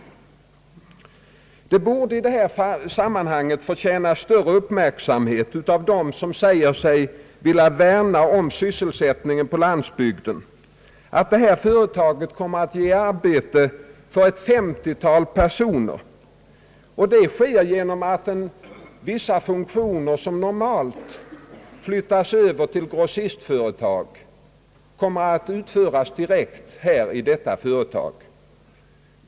Det borde i detta sammanhang förtjäna större uppmärksamhet av dem som säger sig vilja värna om sysselsättningen på landsbygden, att ifrågavarande sörmlandsföretag kommer att ge arbete åt ett 50-tal personer bl.a. genom att vissa funktioner, som normalt ligger hos grossistföretag, kommer att utföras direkt av detta företag.